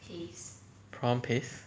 prawn paste